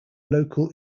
local